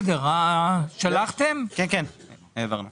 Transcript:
כן, העברנו.